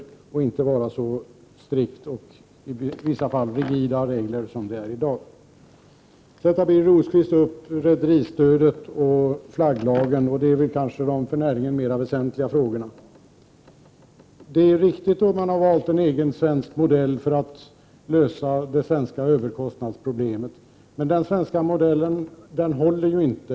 Det behöver inte vara så strikta och i vissa fall rigida regler som i dag. Birger Rosqvist tog upp rederistödet och flagglagen. De är väl kanske de för näringen mera väsentliga frågorna. Det är riktigt att man har valt en egen svensk modell för att lösa det svenska överkostnadsproblemet. Den svenska modellen håller dock inte.